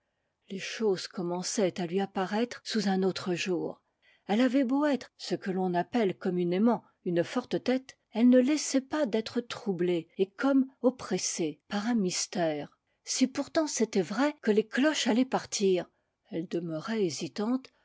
les choses com mençaient à lui apparaître sous un autre jour elle avait beau être ce que l'on appelle communément une forte tête elle ne laissait pas d'être troublée et comme oppressée par un mystère si pourtant c'était vrai que les cloches allaient partir elle demeurait hésitante